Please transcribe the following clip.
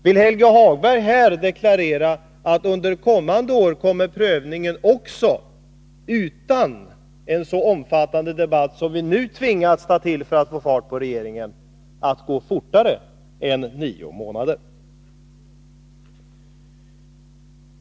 Vill Helge Hagberg här deklarera att under kommande år kommer prövningen också utan en så omfattande debatt som vi nu tvingats ta till för att få fart på regeringen att gå fortare än nio månader?